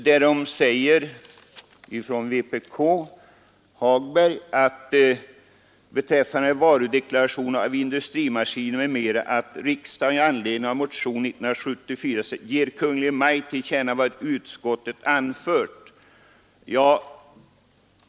I reservationen hemställs ”beträffande varudeklaration av industrimaskiner m.m. att riksdagen med anledning av motionen 1974:165 ger Kungl. Maj:t till känna vad utskottet anfört”.